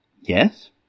Yes